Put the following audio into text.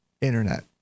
internet